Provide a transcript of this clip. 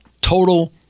total